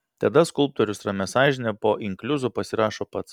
tada skulptorius ramia sąžine po inkliuzu pasirašo pats